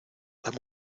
dame